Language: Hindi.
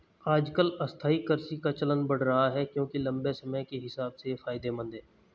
आजकल स्थायी कृषि का चलन बढ़ रहा है क्योंकि लम्बे समय के हिसाब से ये फायदेमंद है